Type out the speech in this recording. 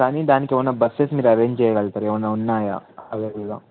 కానీ దానికి ఏమైనా బస్సెస్ మీరు అరేంజ్ చేయగలుగుతారా ఏమైనా ఉన్నాయా అవైలబుల్గా